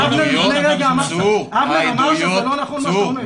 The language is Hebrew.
אבנר אמר שזה לא נכון מה שאתה אומר.